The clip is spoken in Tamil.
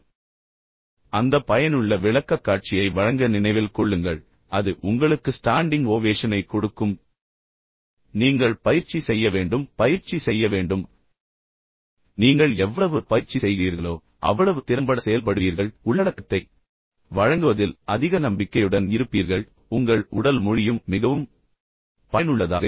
ஆனால் அந்த பயனுள்ள விளக்கக்காட்சியை வழங்க நினைவில் கொள்ளுங்கள் அது உங்களுக்கு ஸ்டாண்டிங் ஓவேஷனை நீங்கள் பயிற்சி செய்ய வேண்டும் பயிற்சி செய்ய வேண்டும் பயிற்சி செய்ய வேண்டும் நீங்கள் எவ்வளவு பயிற்சி செய்கிறீர்களோ அவ்வளவு திறம்பட செயல்படுவீர்கள் உள்ளடக்கத்தை வழங்குவதில் அதிக நம்பிக்கையுடன் இருப்பீர்கள் உங்கள் உடல் மொழியும் மிகவும் பயனுள்ளதாக இருக்கும்